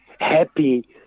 happy